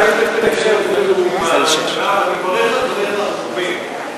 אני מברך על דבריך החשובים,